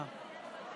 מה?